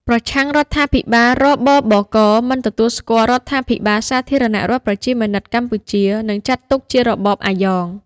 ប្រឆាំងរដ្ឋាភិបាល រ.ប.ប.ក.: មិនទទួលស្គាល់រដ្ឋាភិបាលសាធារណរដ្ឋប្រជាមានិតកម្ពុជា និងចាត់ទុកថាជារបបអាយ៉ង។